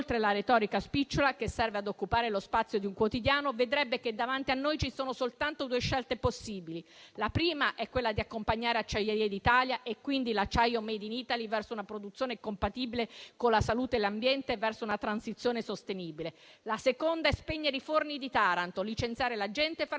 La seconda è spegnere i forni di Taranto, licenziare la gente, far